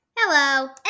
Hello